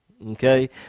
Okay